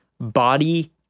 body